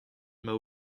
emañ